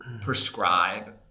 prescribe